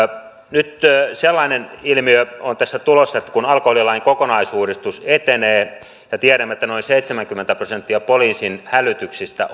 nyt sellainen ilmiö on tässä tulossa että alkoholilain kokonaisuudistus etenee ja tiedämme että noin seitsemänkymmentä prosenttia poliisin hälytyksistä